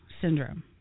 syndrome